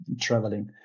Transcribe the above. traveling